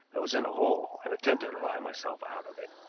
i was in a hole, and attempted to lie myself out of it.